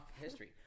history